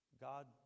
God